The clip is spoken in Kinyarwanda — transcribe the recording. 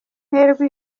nterwa